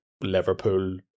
Liverpool